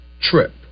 trip